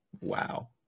Wow